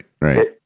right